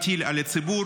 מטיל על הציבור,